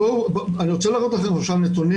אני רוצה להראות לכם נתונים.